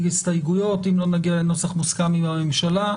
הסתייגויות אם לא נגיע לנוסח מוסכם עם הממשלה.